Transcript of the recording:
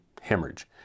hemorrhage